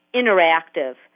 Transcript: interactive